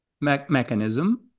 mechanism